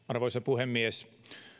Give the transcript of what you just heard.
arvoisa puhemies